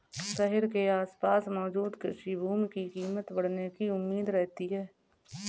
शहर के आसपास मौजूद कृषि भूमि की कीमत बढ़ने की उम्मीद रहती है